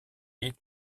est